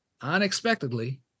unexpectedly